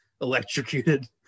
electrocuted